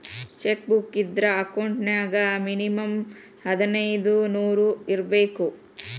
check book ಇದ್ರ account ನ್ಯಾಗ minimum ಹದಿನೈದ್ ನೂರ್ ಇರ್ಬೇಕು